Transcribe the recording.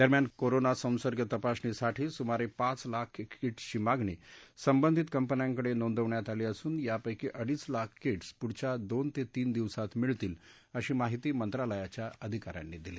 दरम्यान कोरोना संसर्ग तपासणीसाठी सुमार ि लाख किट्सची मागणी संबंधित कंपन्यांकडन्निंदवण्यात आली असून यापैकी अडीच लाख किट्स पुढच्या दोन तत्त्विन दिवसांत मिळतील अशी माहिती मंत्रालयाच्या अधिकाऱ्यांनी दिली